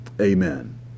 Amen